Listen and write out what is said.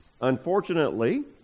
Unfortunately